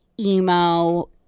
emo